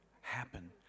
happen